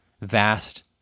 vast